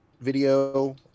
video